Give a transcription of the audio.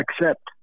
Accept